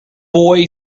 boy